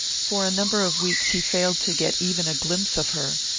for a number of weeks he failed to get even a glimpse of her,